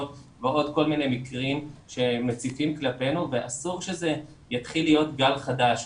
וכל מקרים שמציפים כלפינו ואסור שזה יתחיל להיות גל חדש.